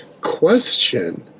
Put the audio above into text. Question